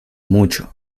mucho